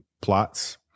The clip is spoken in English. plots